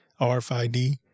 RFID